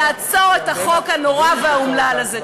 לעצור את החוק הנורא והאומלל הזה.